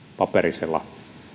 paperisella